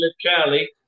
Charlie